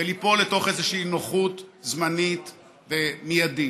וליפול לתוך איזושהי נוחות זמנית ומיידית.